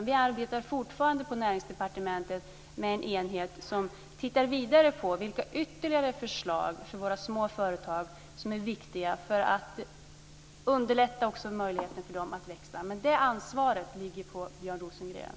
Vi arbetar fortfarande på Näringsdepartementet med en enhet som tittar vidare på vilka ytterligare förslag för de små företagen som är viktiga för att underlätta möjligheten för dem att växa. Det ansvaret ligger på Björn Rosengren.